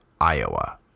Iowa